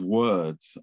words